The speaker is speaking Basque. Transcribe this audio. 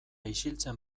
isiltzen